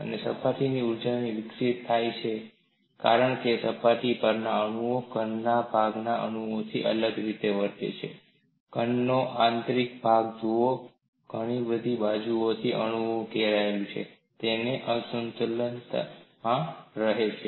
આ સપાટીની ઊર્જાઓ વિકસિત થાય છે કારણ કે સપાટીની પરના અણુઓ ઘન ના આંતરિક ભાગના અણુઓથી અલગ રીતે વર્તે છે ઘનનો આંતરિક ભાગ જુઓ અણુ બધી બાજુઓથી અણુઓથી ઘેરાયેલું છે તેથી તે સંતુલનમાં રહે છે